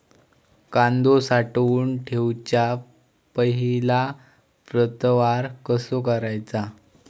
कांदो साठवून ठेवुच्या पहिला प्रतवार कसो करायचा?